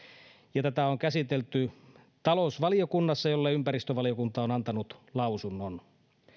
ja tätä on käsitelty talousvaliokunnassa jolle ympäristövaliokunta on antanut lausunnon